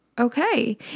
okay